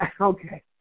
Okay